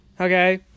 okay